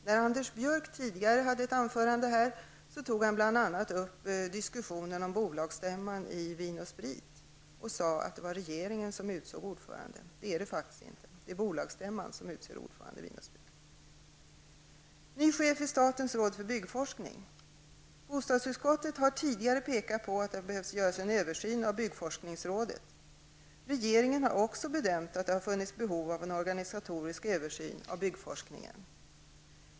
När Anders Björck tidigare höll ett anförande här tog han bl.a. upp diskussionen om bolagsstämman i Vin & Sprit och sade att det var regeringen som utsåg ordföranden. Så är det faktiskt inte. Det är bolagsstämman som utser ordförande i Vin & Sprit. Så till frågan om ny chef vid statens råd för byggforskning. Bostadsutskottet har tidigare pekat på att det behöver göras en översyn av byggforskningsrådet. Regeringen har också bedömt att det har funnits behov av en organisatorisk översyn av byggforskningen.